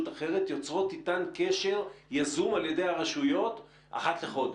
אחרת יוצרים אתן קשר יזום אחת לחודש?